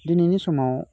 दिनैनि समाव